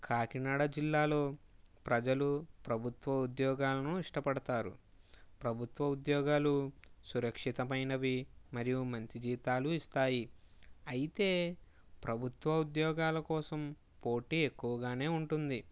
కాకినాడ జిల్లాలో ప్రజలు ప్రభుత్వ ఉద్యోగాలను ఇష్టపడతారు ప్రభుత్వ ఉద్యోగాలు సురక్షితమైనవి మరియు మంచి జీతాలు ఇస్తాయి అయితే ప్రభుత్వ ఉద్యోగాల కోసం పోటీ ఎక్కువగానే ఉంటుంది